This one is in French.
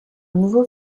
nouveau